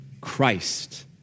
Christ